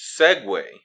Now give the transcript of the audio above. segue